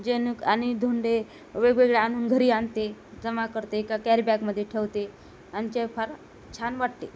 जेणेकरून आणि धोंडे वेगवेगळे आणून घरी आणते जमा करते एका कॅरीबॅगमध्ये ठेवते आणि ते फार छान वाटते